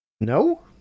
No